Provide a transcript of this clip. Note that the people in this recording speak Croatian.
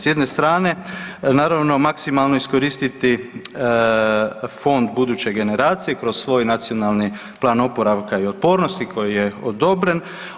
S jedne strane naravno maksimalno iskoristiti Fond buduće generacije kroz svoj Nacionalni plan oporavka i otpornosti koji je odobren.